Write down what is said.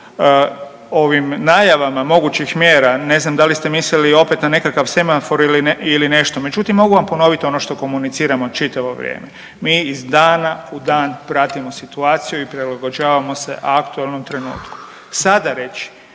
ovim najavama mogućih mjera, ne znam da li ste mislili opet na nekakav semafor ili nešto, međutim, mogu vam ponoviti ono što komuniciramo čitavo vrijeme. Mi iz dana u dan pratimo situaciju i prilagođavamo se aktualnom trenutku. Sada reći